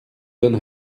donne